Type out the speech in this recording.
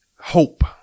hope